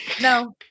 no